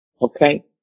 Okay